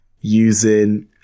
using